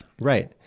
right